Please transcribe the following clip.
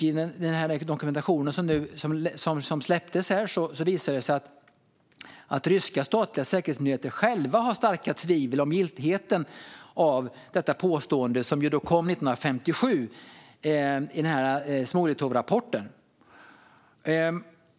I den dokumentation som nu släppts visar det sig att ryska statliga säkerhetsmyndigheter i själva verket själva har starka tvivel beträffande giltigheten hos detta påstående, som kom 1957 i Smoltsovrapporten.